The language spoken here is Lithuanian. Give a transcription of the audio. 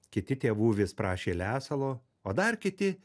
kiti tėvų vis prašė lesalo o dar kiti